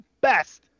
best